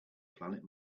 planet